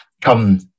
come